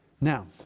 Now